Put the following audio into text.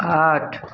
आठ